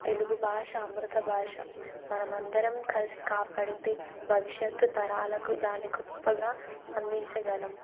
తెలుగు భాష అమృత భాష మనమందరం కలిసి కాపాడితే భవిష్యత్తు తరాలకు దాన్ని గొప్పగా అందించగలము